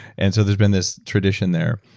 and so there's been this tradition there.